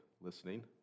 listening